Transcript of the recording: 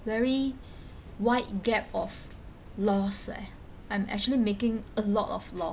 very wide gap of loss eh I'm actually making a lot of loss